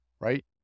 right